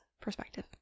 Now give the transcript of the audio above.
Perspective